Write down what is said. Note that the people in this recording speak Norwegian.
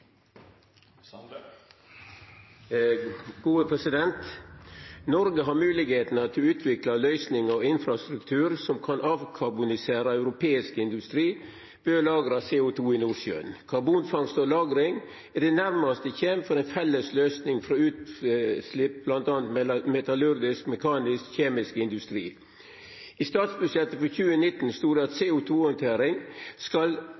infrastruktur som kan «avkarbonisere» europeisk industri ved å lagre CO 2 i Nordsjøen. Karbonfangst og -lagring er det nærmeste vi kommer en felles løsning for utslipp fra bl.a. metallurgisk, mekanisk og kjemisk industri. I statsbudsjettet for 2019 stod det om CO 2 -håndtering at